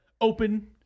open